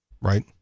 right